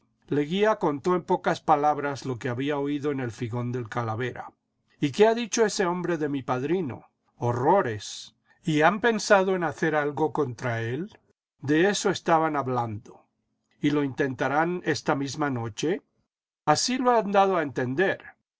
leguía contó en pocas palabras lo que había oído en el figón del calavera y qué ha dicho ese hombre de mi padrino horrores y han pensado en hacer algo contra é de eso estaban hablando y lo intentarán esta misma nocher así lo han dado a entender